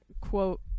quote